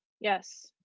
Yes